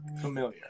familiar